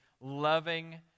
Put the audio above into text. loving